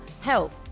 help